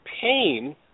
pain